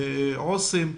עו"סים,